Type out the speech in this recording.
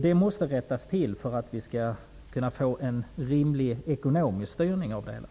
Det måste rättas till för att vi skall kunna få till stånd en rimlig ekonomisk styrning av det hela.